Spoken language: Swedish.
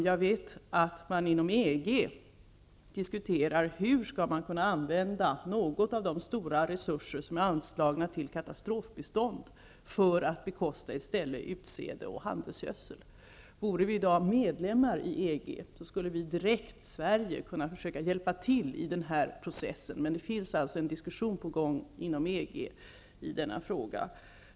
Jag vet att man inom EG nu diskuterar hur en del av de stora resurserna som är anslagna för katastrofbistånd skall kunna användas för att i stället bekosta utsäde och handelsgödsel. Om Sverige vore medlem av EG i dag, skulle Sverige kunna hjälpa till direkt i denna process. En diskussion pågår inom EG i denna fråga.